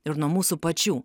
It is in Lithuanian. ir nuo mūsų pačių